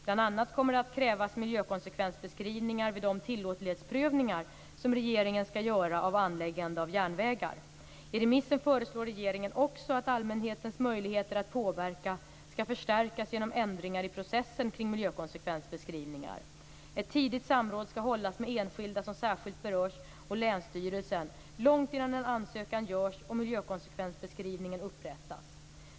Bl.a. kommer det att krävas miljökonsekvensbeskrivningar vid de tillåtlighetsprövningar som regeringen skall göra av anläggande av järnvägar. I remissen föreslår regeringen också att allmänhetens möjligheter att påverka skall förstärkas genom ändringar i processen kring miljökonsekvensbeskrivningar. Ett tidigt samråd skall hållas med enskilda, som särskilt berörs, och länsstyrelsen långt innan en ansökan görs och miljökonsekvensbeskrivningen upprättas.